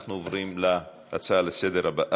אנחנו עוברים להצעה הבאה לסדר-היום: